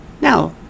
Now